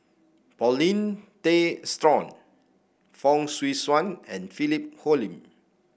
Paulin Tay Straughan Fong Swee Suan and Philip Hoalim